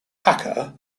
packer